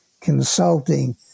consulting